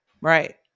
Right